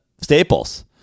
Staples